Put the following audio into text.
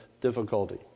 difficulty